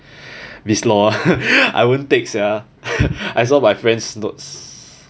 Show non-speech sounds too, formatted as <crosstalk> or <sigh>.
biz law <laughs> I wouldn't take sia <laughs> I saw my friends notes